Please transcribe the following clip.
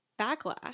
backlash